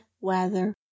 weather